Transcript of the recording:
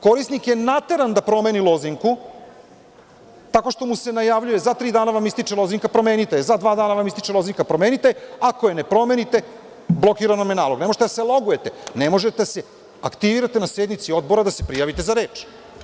Korisnik je nateran da promeni lozinku tako što mu se najavljuje – za tri dana vam ističe lozinka, promenite je, za dva dana vam ističe lozinka, promenite je, ako je ne promenite, blokiran vam je nalog, ne možete da se logujete, ne možete da se aktivirate na sednici odbora da se prijavite za reč.